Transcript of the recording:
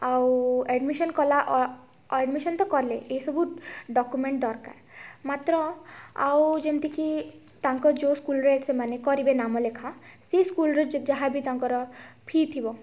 ଆଉ ଆଡ଼୍ମିସନ୍ କଲା ଆଡ଼୍ମିସନ୍ ତ କଲେ ଏ ସବୁ ଡକ୍ୟୁମେଣ୍ଟ୍ ଦରକାର ମାତ୍ର ଆଉ ଯେମିତିକି ତାଙ୍କ ଯେଉଁ ସ୍କୁଲରେ ସେମାନେ କରିବେ ନାମ ଲେଖା ସେ ସ୍କୁଲ୍ର ଯାହାବି ତାଙ୍କର ଫି ଥିବ